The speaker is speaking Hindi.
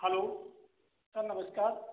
हलो सर नमस्कार